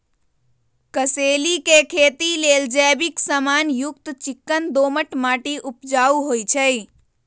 कसेलि के खेती लेल जैविक समान युक्त चिक्कन दोमट माटी उपजाऊ होइ छइ